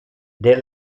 del